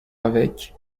avec